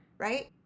right